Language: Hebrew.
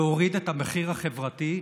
להוריד את המחיר החברתי,